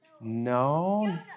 No